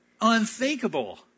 Unthinkable